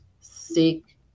seek